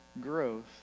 growth